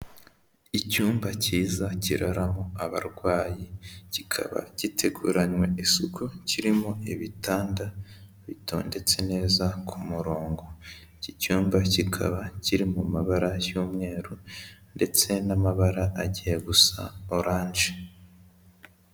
Icyumba cyiza kiraramo abarwayi, kikaba giteguranywe isuku kirimo ibitanda bitondetse neza ku murongo. Iki cyumba kikaba kiri mu mabara y'umweru ndetse n'amabara agiye gusa oranje.